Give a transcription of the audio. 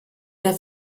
der